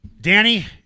Danny